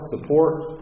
support